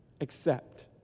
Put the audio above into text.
Accept